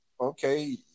Okay